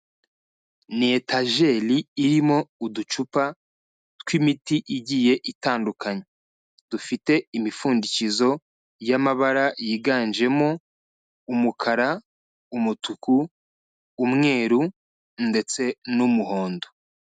Ni etajeri irimo uducupa tw'imiti igiye itandukanye .Dufite imipfundikizo y'amabara yiganjemo umukara, umutuku, umweru ndetse n'umuhondo.